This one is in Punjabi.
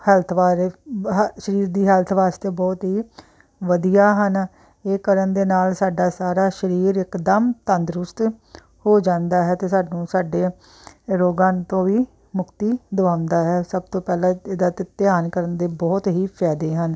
ਹੈਲਥ ਬਾਰੇ ਹ ਸਰੀਰ ਦੀ ਹੈਲਥ ਵਾਸਤੇ ਬਹੁਤ ਹੀ ਵਧੀਆ ਹਨ ਇਹ ਕਰਨ ਦੇ ਨਾਲ ਸਾਡਾ ਸਾਰਾ ਸਰੀਰ ਇੱਕਦਮ ਤੰਦਰੁਸਤ ਹੋ ਜਾਂਦਾ ਹੈ ਅਤੇ ਸਾਨੂੰ ਸਾਡੇ ਰੋਗਾਂ ਤੋਂ ਵੀ ਮੁਕਤੀ ਦਵਾਉਂਦਾ ਹੈ ਸਭ ਤੋਂ ਪਹਿਲਾਂ ਇਹਦਾ ਧ ਧਿਆਨ ਕਰਨ ਦੇ ਬਹੁਤ ਹੀ ਫਾਇਦੇ ਹਨ